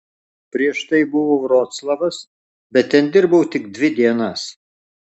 prieš tai buvo vroclavas bet ten dirbau tik dvi dienas